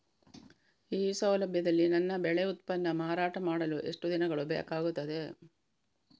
ಈ ಸೌಲಭ್ಯದಲ್ಲಿ ನನ್ನ ಬೆಳೆ ಉತ್ಪನ್ನ ಮಾರಾಟ ಮಾಡಲು ಎಷ್ಟು ದಿನಗಳು ಬೇಕಾಗುತ್ತದೆ?